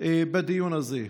בדיון הזה.